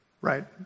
right